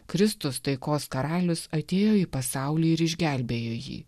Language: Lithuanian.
kristus taikos karalius atėjo į pasaulį ir išgelbėjo jį